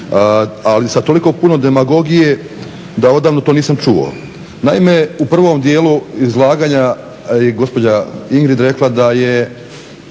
ali sa toliko puno demagogije da odavno to nisam čuo. Naime, u prvom dijelu izlaganja je gospođa Ingrid rekla da su